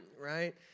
right